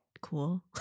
cool